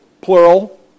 plural